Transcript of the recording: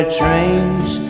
trains